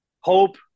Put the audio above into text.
hope